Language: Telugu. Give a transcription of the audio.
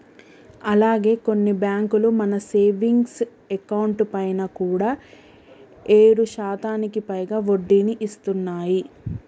అలాగే కొన్ని బ్యాంకులు మన సేవింగ్స్ అకౌంట్ పైన కూడా ఏడు శాతానికి పైగా వడ్డీని ఇస్తున్నాయి